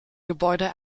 gebäude